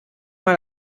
mal